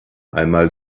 einmal